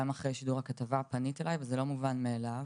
גם אחרי שידור הכתבה את פנית אליי וזה לא מובן מאליו